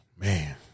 man